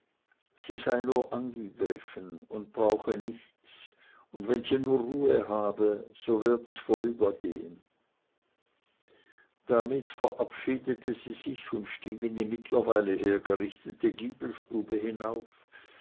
sie sei nur angegriffen und brauche nichts und wenn sie nur ruhe habe so werd es vorübergehen damit verabschiedete sie sich und stieg in die mittlerweile hergerichtete giebelstube hinauf